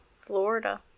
Florida